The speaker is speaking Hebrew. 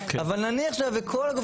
אבל נניח שהיה,